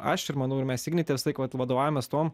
aš ir manau ir mes ignity visąlaik vat vadoavėmės tuom